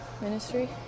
ministry